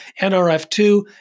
NRF2